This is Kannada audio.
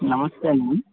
ನಮಸ್ತೆ ಮ್ಯಾಮ್